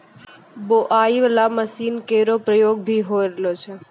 बोआई बाला मसीन केरो प्रयोग भी होय रहलो छै